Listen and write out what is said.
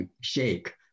shake